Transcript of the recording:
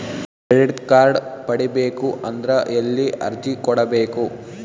Credit card ಪಡಿಬೇಕು ಅಂದ್ರ ಎಲ್ಲಿ ಅರ್ಜಿ ಕೊಡಬೇಕು?